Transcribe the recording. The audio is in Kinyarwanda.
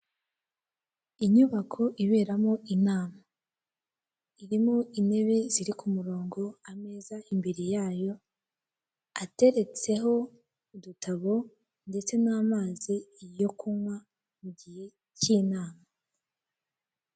Inyubako iberamo inama irimo intebe ziri ku murongo, ameza imbere yayo ateretseho udutabo ndetse n'amazi yo kunywa mu gihe cy'inama.